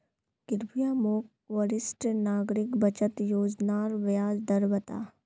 कृप्या मोक वरिष्ठ नागरिक बचत योज्नार ब्याज दर बता